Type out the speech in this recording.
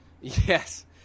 Yes